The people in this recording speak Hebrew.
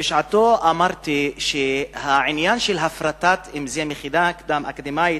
אמרתי שהפרטת המכינה הקדם-אקדמית